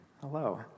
Hello